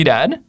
Dad